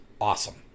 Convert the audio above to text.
awesome